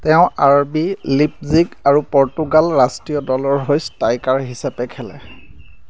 তেওঁ R B Leipzig আৰু Portugal ৰাষ্ট্ৰীয় দলৰ হৈ ষ্ট্ৰাইকাৰ হিচাপে খেলে